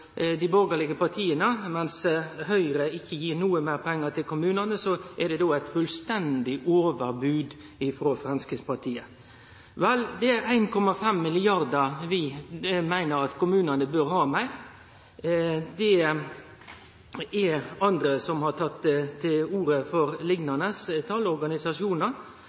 dei borgarlege partia: Mens Høgre ikkje gir meir pengar til kommunane, er det fullstendig overbod frå Framstegspartiet. Vel, vi meiner at kommunane bør ha 1,5 mrd. kr meir. Det er andre, m.a. organisasjonar, som har teke til orde for